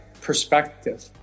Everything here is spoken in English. perspective